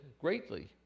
greatly